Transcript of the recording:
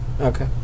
Okay